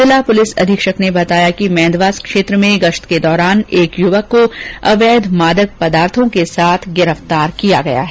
जिला पुलिस अधीक्षक ने बताया कि मेहंदवास क्षेत्र में गश्त के दौरान एक युवक को अवैध मादक पदार्थो के साथ गिरफ्तार किया गया है